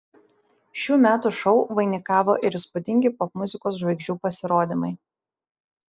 šių metų šou vainikavo ir įspūdingi popmuzikos žvaigždžių pasirodymai